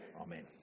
Amen